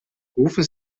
rufen